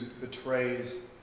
betrays